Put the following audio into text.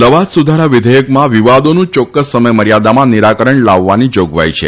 લવાદ સુધારા વિધેયકમાં વિવાદોનું ચોક્કસ સમયમર્યાદામાં નિરાકરણ લાવવાની જાગવાઈ છે